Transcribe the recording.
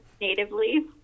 natively